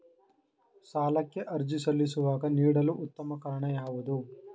ಸಾಲಕ್ಕೆ ಅರ್ಜಿ ಸಲ್ಲಿಸುವಾಗ ನೀಡಲು ಉತ್ತಮ ಕಾರಣ ಯಾವುದು?